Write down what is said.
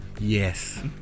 Yes